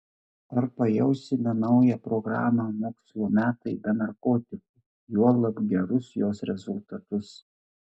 ar pajausime naują programą mokslo metai be narkotikų juolab gerus jos rezultatus